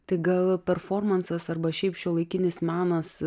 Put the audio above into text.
tai gal performansas arba šiaip šiuolaikinis menas